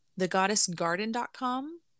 thegoddessgarden.com